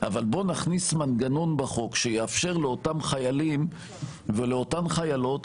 אבל בוא נכניס מנגנון בחוק שיאפשר לאותם חיילים ולאותן חיילות,